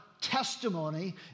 testimony